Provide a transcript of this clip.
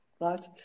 right